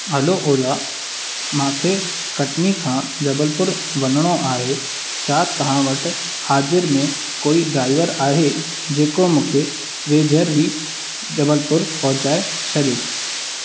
हलो ओला मूंखे कटनी खां जबलपुर वञणो आहे छा तव्हां वटि हाज़िर में कोई ड्राइवर आहे जेको मूंखे वेझर ई जबलपुर पहुचाए छॾे